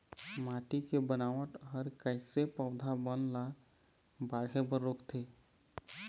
माटी के बनावट हर कइसे पौधा बन ला बाढ़े बर रोकथे?